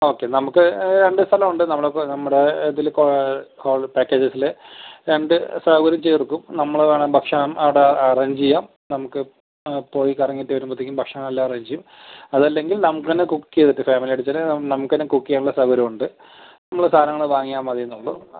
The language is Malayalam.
ഓക്കെ നമുക്ക് രണ്ട് സ്ഥലം ഉണ്ട് നമ്മൾ ഇപ്പം നമ്മുടെ ഇതിൽ കോൾ പാക്കേജസിൽ രണ്ട് സൗകര്യം ചേർക്കും നമ്മൾ വേണം ഭക്ഷണം അവിടെ അറേഞ്ച് ചെയ്യാം നമുക്ക് പോയി കറങ്ങിയിട്ട് വരുമ്പോഴത്തേക്കും ഭക്ഷണം എല്ലാം അറേഞ്ച് ചെയ്യും അത് അല്ലെങ്കിൽ നമ്മൾ തന്നെ കുക്ക് ചെയ്തിട്ട് ഫാമിലി ആയിട്ട് ചെയ്യാം നമുക്ക് തന്നെ കുക്ക് ചെയ്യാൻ ഉള്ള സൗകര്യം ഉണ്ട് നമ്മൾ സാധനങ്ങൾ വാങ്ങിയാൽ മതിയെന്നേ ഉള്ളൂ